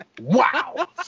Wow